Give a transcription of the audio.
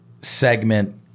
segment